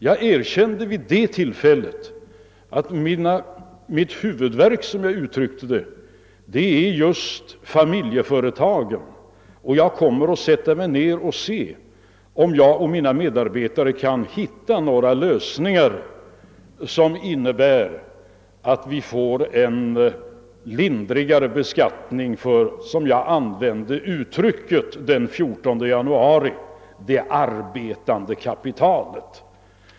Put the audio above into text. Jag erkände vid det tillfället att, som jag uttryckte det, min huvudvärk var just familjeföretagen, och jag och mina medarbetare skulle sätta oss ned och se efter om vi kunde hitta några lösningar som innebar en lindrigare beskattning för, som jag sade, det arbetande kapitalet.